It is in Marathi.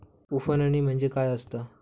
उफणणी म्हणजे काय असतां?